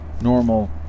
normal